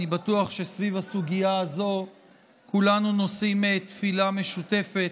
אני בטוח שסביב הסוגיה הזו כולנו נושאים תפילה משותפת,